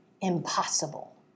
impossible